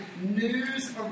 news